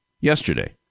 yesterday